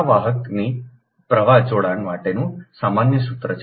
આ વાહકના પ્રવાહ જોડાણ માટેનું સામાન્ય સૂત્ર છે